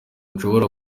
nshobora